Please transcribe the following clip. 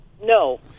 no